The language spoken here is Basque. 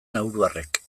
nauruarrek